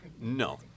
No